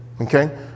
Okay